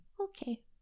Okay